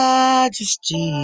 Majesty